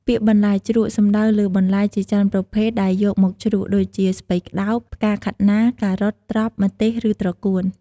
ពាក្យ "បន្លែជ្រក់" សំដៅលើបន្លែជាច្រើនប្រភេទដែលយកមកជ្រក់ ដូចជា ស្ពៃក្ដោប ផ្កាខាត់ណា ការ៉ុត ត្រប់ ម្ទេស ឬត្រកួន។